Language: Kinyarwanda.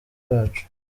bacu